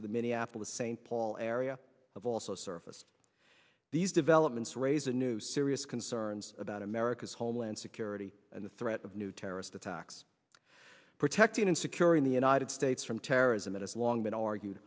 to the minneapolis st paul area have also surface these developments raise a new serious concerns about america's homeland security and the threat of new terrorist attacks protecting and securing the united states from terrorism it has long been argued